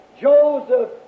Joseph